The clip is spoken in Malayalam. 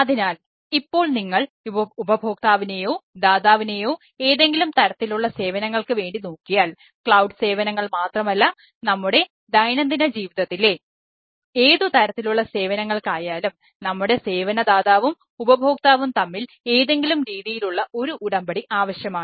അതിനാൽ ഇപ്പോൾ നിങ്ങൾ ഉപഭോക്താവിനെയോ ദാതാവിനെയോ ഏതെങ്കിലും തരത്തിലുള്ള സേവനങ്ങൾക്ക് വേണ്ടി നോക്കിയാൽ ക്ലൌഡ് സേവനങ്ങൾ മാത്രമല്ല നമ്മുടെ ദൈനംദിന ജീവിതത്തിലെ ഏതുതരത്തിലുള്ള സേവനങ്ങൾക്ക് ആയാലും നമ്മുടെ സേവന ദാതാവും ഉപഭോക്താവും തമ്മിൽ ഏതെങ്കിലും രീതിയിലുള്ള ഒരു ഉടമ്പടി ആവശ്യമാണ്